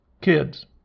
kids